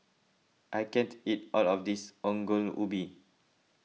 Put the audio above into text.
I can't eat all of this Ongol Ubi